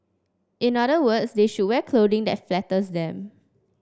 in other words they should wear clothing that flatters them